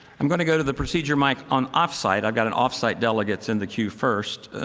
i'm going to go to the procedure mic um off site. i've got and off site delegates in the cue first.